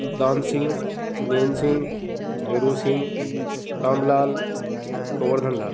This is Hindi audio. सुधान सिंह नेम सिंह भैरों सिंह राम लाल गोवर्धन लाल